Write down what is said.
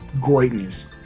greatness